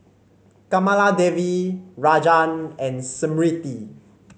Kamaladevi Rajan and Smriti